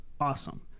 awesome